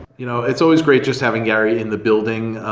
you know it's always great just having gary in the building.